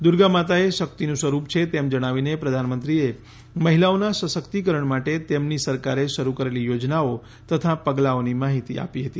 દુર્ગા માતા એ શક્તિનું સ્વરૂપ છે તેમ જણાવીને પ્રધાનમંત્રીએ મહિલાઓના સશક્તિકરણ માટે તેમની સરકારે શરૂ કરેલી યોજનાઓ તથા પગલાંઓની માહિતી આપી હતી